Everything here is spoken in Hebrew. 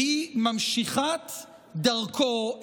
שהיא ממשיכת דרכו,